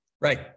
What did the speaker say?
Right